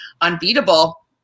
unbeatable